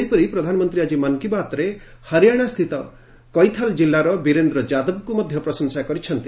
ସେହିପରି ପ୍ରଧାନମନ୍ତ୍ରୀ ଆଜି ମନ୍ କୀ ବାତ୍ରେ ହରିୟାଣା ସ୍ଥିତ କେଥାଲ୍ ଜିଲ୍ଲାର ବୀରେନ୍ଦ୍ର ଯାଦବଙ୍କୁ ପ୍ରଶଂସା କରିଛନ୍ତି